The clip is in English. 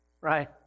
Right